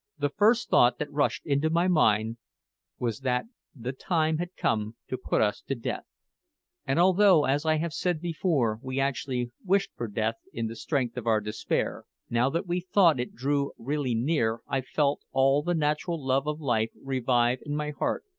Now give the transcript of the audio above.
the first thought that rushed into my mind was that the time had come to put us to death and although, as i have said before, we actually wished for death in the strength of our despair, now that we thought it drew really near i felt all the natural love of life revive in my heart,